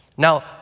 Now